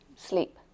sleep